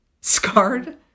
scarred